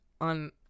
on